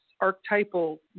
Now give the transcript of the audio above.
archetypal